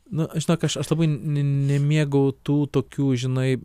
nu žinok aš aš labai ne nemėgau tų tokių žinai